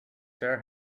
sir